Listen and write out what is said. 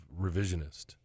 revisionist